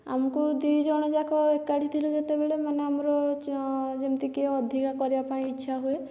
ଆମୁକୁ ଦୁଇଜଣଯାକ ଏକାଠି ଥିଲୁ ଯେତେବେଳେ ମାନେ ଆମର ଚ ଯେମିତିକି ଅଧିକା କରିବାପାଇଁ ଇଚ୍ଛା ହୁଏ